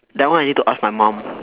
that one I need to ask my mum